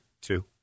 two